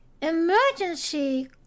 emergency